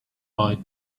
boy